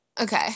Okay